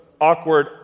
awkward